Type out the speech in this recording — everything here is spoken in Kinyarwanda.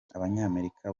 abanyamerika